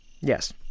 Yes